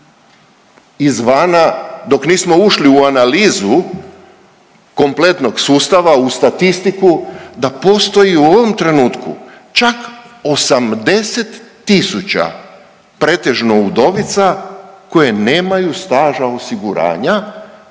izvana dok nismo ušli u analizu kompletnog sustava, u statistiku da postoji u ovom trenutku čak 80 000 pretežno udovica koje nemaju staža osiguranja,